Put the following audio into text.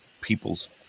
people's